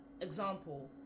example